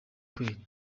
kweri